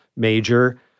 major